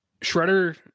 shredder